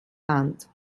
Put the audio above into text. hand